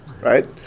right